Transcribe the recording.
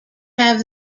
have